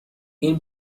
این